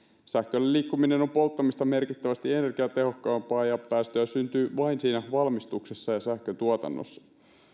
sähköllä liikkuminen on polttamista merkittävästi energiatehokkaampaa ja päästöjä syntyy vain siinä valmistuksessa ja sähköntuotannossa